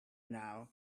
now